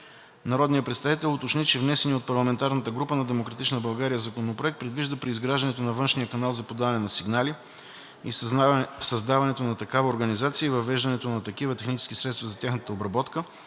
Народният представител уточни, че внесеният от парламентарната група на „Демократична България“ законопроект предвижда при изграждането на външния канал за подаване на сигнали и създаването на такава организация и въвеждането на такива технически средства за тяхната обработка,